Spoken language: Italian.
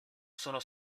sono